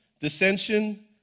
dissension